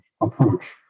approach